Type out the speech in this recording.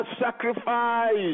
sacrifice